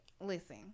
listen